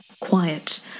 quiet